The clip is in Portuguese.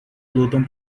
lutam